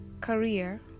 career